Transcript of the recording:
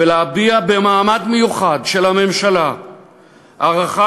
ולהביע במעמד מיוחד של הממשלה הערכה